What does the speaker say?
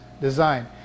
design